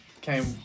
came